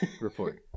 report